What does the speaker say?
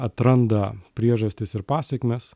atranda priežastis ir pasekmes